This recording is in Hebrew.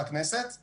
על